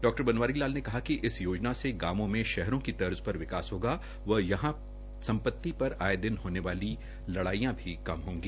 डा बनवारी लाल ने कहा कि इस योजना से गांवों में शहरों की तर्ज पर विकास होगा व यहां सम्पति पर आये दिन होने वाली लड़ाईयां भी कम होगी